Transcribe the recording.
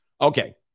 Okay